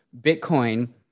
Bitcoin